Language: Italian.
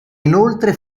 inoltre